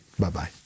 Bye-bye